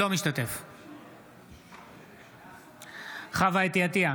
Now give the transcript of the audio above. אינו משתתף בהצבעה חוה אתי עטייה,